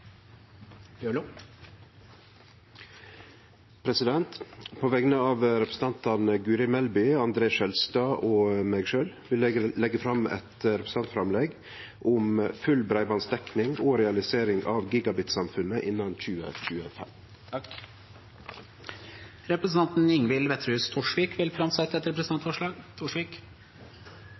På vegner av representantane Guri Melby, André N. Skjelstad og meg sjølv vil eg leggje fram eit representantforslag om full breibandsdekning og realisering av gigabitsamfunnet innan 2025. Representanten Ingvild Wetrhus Thorsvik vil framsette et representantforslag.